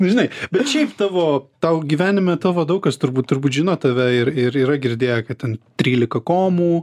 nu žinai bet šiaip tavo tau gyvenime tavo daug kas turbūt turbūt žino tave ir ir yra girdėję kad ten trylika komų